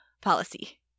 policy